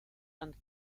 and